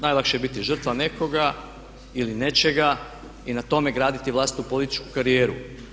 Najlakše je biti žrtva nekoga ili nečega i na tome graditi vlastitu političku karijeru.